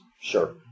Sure